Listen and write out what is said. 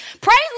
Praise